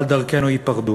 אבל דרכינו ייפרדו.